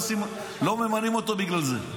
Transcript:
לא ממנים אותו בגלל זה.